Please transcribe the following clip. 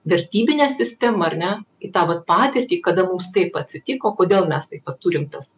vertybinę sistemą ar ne į tą vat patirtį kada mums taip atsitiko kodėl mes taip vat turim tas